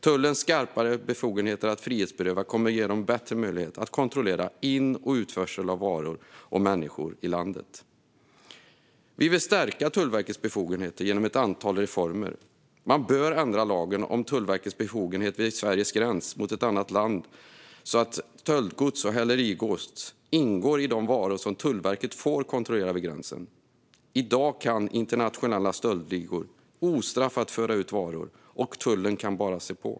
Tullens skarpare befogenheter att frihetsberöva kommer att ge dem bättre möjligheter att kontrollera in och utförsel av varor och människor i landet. Vi vill stärka Tullverkets befogenheter genom ett antal reformer. Man bör ändra lagen om Tullverkets befogenheter vid Sveriges gräns mot ett annat land så att stöld och hälerigods ingår i de varor som Tullverket får kontrollera vid gränsen. I dag kan internationella stöldligor ostraffat föra ut varor, och tullen kan bara se på.